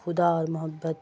خدا اور محبت